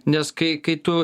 nes kai kai tu